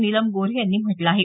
नीलम गोऱ्हे यांनी म्हटलं आहे